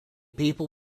people